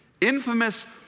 Infamous